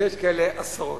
ויש כאלה עשרות: